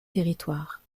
territoires